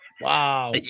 Wow